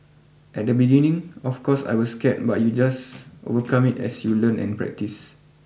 at the beginning of course I was scared but you just overcome it as you learn and practice